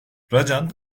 racan